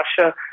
Russia